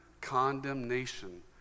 condemnation